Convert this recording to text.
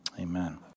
Amen